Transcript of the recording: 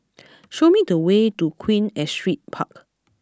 show me the way to Queen Astrid Park